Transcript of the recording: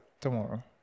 tomorrow